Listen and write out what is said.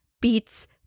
beats